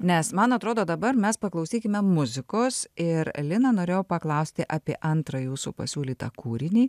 nes man atrodo dabar mes paklausykime muzikos ir lina norėjau paklausti apie antrą jūsų pasiūlytą kūrinį